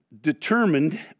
determined